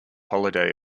holiday